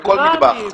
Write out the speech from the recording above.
בכל מטבח.